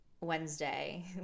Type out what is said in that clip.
Wednesday